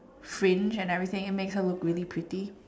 fringe and everything it makes her look really pretty